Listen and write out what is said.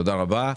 תודה רבה,